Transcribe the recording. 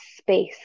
space